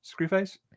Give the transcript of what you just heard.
Screwface